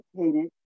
educated